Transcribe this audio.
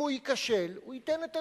אם הוא ייכשל, הוא ייתן את הדין,